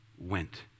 went